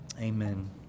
Amen